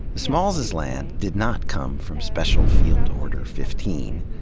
the smallses' land did not come from special field order fifteen,